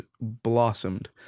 blossomed